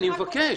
אני מבקש.